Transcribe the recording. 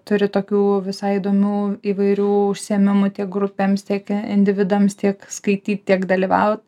turi tokių visai įdomių įvairių užsiėmimų tiek grupėms tiek individams tiek skaityt tiek dalyvaut